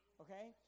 okay